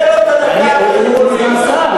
אין נתונים כאלה.